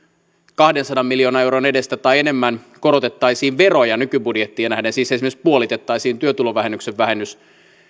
kahdensadan miljoonan euron edestä tai enemmän korotettaisiin veroja nykybudjettiin nähden siis esimerkiksi puolitettaisiin työtulovähennyksen